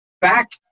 Back